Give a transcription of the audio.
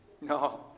No